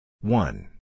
One